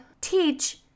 teach